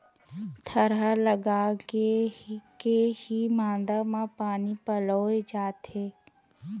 थरहा लगाके के ही मांदा म पानी पलोय जाथे